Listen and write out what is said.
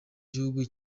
gihugu